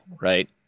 right